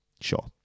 sure